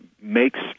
makes